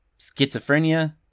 Schizophrenia